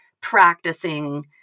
practicing